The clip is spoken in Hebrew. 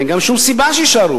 וגם אין שום סיבה שיישארו.